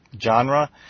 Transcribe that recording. genre